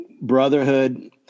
brotherhood